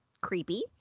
creepy